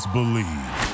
Believe